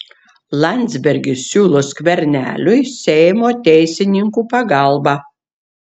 landsbergis siūlo skverneliui seimo teisininkų pagalbą